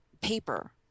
paper